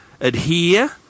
adhere